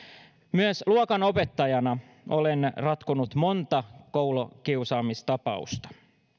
myös luokanopettajana olen ratkonut monta koulukiusaamistapausta